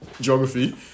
geography